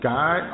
Guy